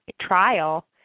trial